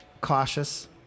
cautious